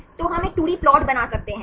तो हम एक 2D प्लाट बना सकते हैं